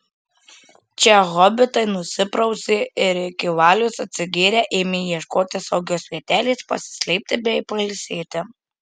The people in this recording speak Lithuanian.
čia hobitai nusiprausė ir iki valios atsigėrę ėmė ieškotis saugios vietelės pasislėpti bei pailsėti